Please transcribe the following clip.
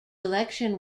election